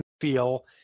feel